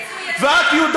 הם מצוינים.